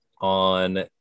on